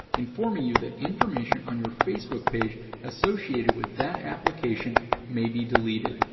informing you that information on your facebook page associated with that application may be deleted,